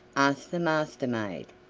asked the master-maid.